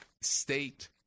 state